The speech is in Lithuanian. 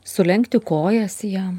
sulenkti kojas jam